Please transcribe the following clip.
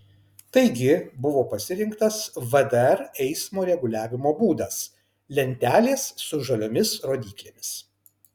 taigi buvo pasirinktas vdr eismo reguliavimo būdas lentelės su žaliomis rodyklėmis